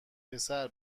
پسر